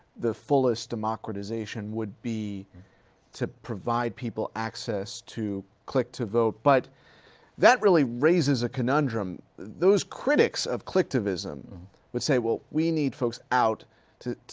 the fullest democratization would be to provide people access to click-to-vote. but that really raises a conundrum those critics of clicktivism would say, well, we need folks out to, ah,